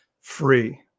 free